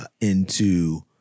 into-